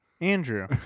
Andrew